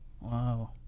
Wow